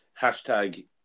Hashtag